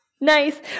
Nice